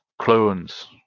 clones